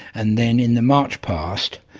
and then in the march past,